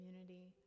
community